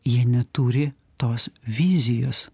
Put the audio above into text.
jie neturi tos vizijos